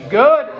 good